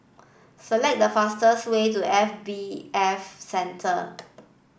select the fastest way to F B F Center